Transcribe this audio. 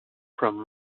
from